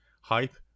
hype